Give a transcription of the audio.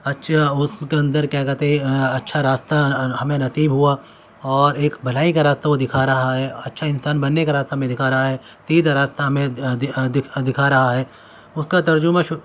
اچھا اس کے اندر کیا کہتے ہیں اچھا راستہ ہمیں نصیب ہوا اور ایک بھلائی کا راستہ وہ دکھا رہا ہے اچھا انسان بننے کا راستہ بھی دکھا رہا ہے سیدھا راستہ ہمیں دکھا رہا ہے اس کا ترجمہ